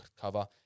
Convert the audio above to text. cover